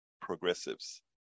progressives